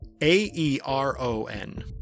A-E-R-O-N